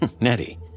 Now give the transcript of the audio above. Nettie